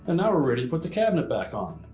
and now we're ready to put the cabinet back on.